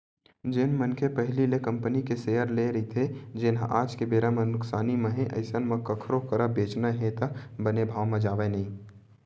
जेन मनखे पहिली ले कंपनी के सेयर लेए रहिथे जेनहा आज के बेरा म नुकसानी म हे अइसन म कखरो करा बेंचना हे त बने भाव म जावय नइ